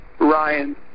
Ryan